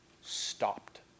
stopped